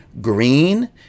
green